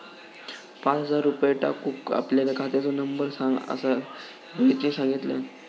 पाच हजार रुपये टाकूक आपल्या खात्याचो नंबर सांग असा रोहितने सांगितल्यान